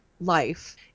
life